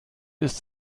ist